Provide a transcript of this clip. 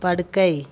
படுக்கை